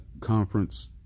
conference